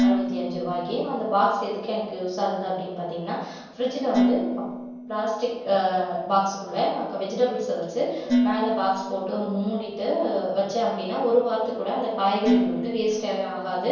அறுபத்தி அஞ்சு ரூபாய்க்கு அந்த பாக்ஸ் எதுக்கு எனக்கு யூஸ் ஆகுது அப்படின்னு பார்த்தீங்கன்னா ஃபிரிட்ஜில் வந்து பிளாஸ்டிக் பாக்ஸுக்குள்ளே நாங்கள் வெஜிடபுள்ஸை வச்சு மேலே பாக்ஸ் போட்டு மூடிவிட்டு வச்சேன் அப்படின்னா ஒரு வாரத்துக்கு கூட அந்த காய்கறிகள் வந்து வேஸ்ட்டாவே ஆகாது